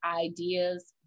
ideas